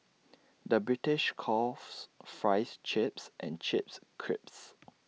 the British coughs Fries Chips and chips creeps